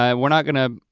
um we're not gonna,